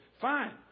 Fine